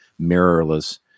mirrorless